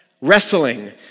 wrestling